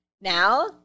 now